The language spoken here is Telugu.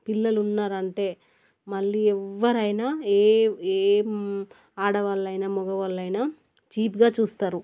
పిల్లలు ఉన్నారు అంటే మళ్ళీ ఎవ్వరైనా ఏ ఏ ఆడవాళ్ళైనా మగవాళ్ళైనా చీప్గా చూస్తారు